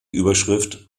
überschrift